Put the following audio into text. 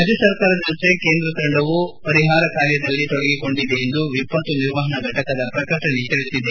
ರಾಜ್ಞ ಸರ್ಕಾರದ ಜೊತೆ ಕೇಂದ್ರ ತಂಡವು ಪರಿಹಾರ ಕಾರ್ಯದಲ್ಲಿ ತೊಡಗಿಕೊಂಡಿವೆ ಎಂದು ವಿಪತ್ತು ನಿರ್ವಹಣಾ ಫೆಟಕದ ಪ್ರಕಟಣೆ ತಿಳಿಸಿದೆ